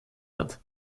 hat